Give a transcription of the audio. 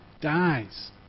dies